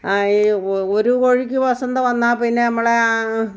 ആ ഈ ഒ ഒരു കോഴിയ്ക്ക് വസന്ത വന്നാൽ പിന്നെ നമ്മളുടെ ആ